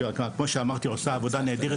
שכפי שאמרתי עושה עבודה נהדרת,